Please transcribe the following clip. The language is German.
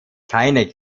keine